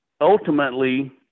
Ultimately